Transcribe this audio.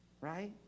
Right